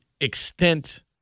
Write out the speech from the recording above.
extent